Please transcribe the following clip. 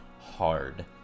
hard